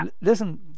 listen